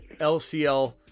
LCL